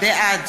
בעד